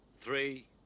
three